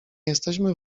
jesteśmy